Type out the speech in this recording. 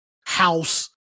house